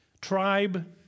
tribe